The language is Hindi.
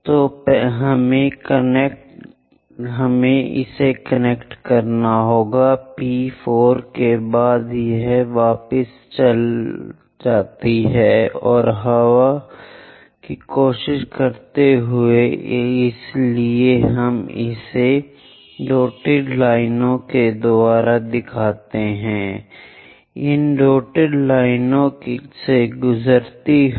तो हमें कनेक्ट करें P 4 के बाद से यह वापस चला जाता है और हवा की कोशिश करता है इसलिए हम इसे धराशायी रेखा से दिखाते हैं इसलिए धराशायी रेखा उसी से गुजरती है